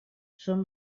són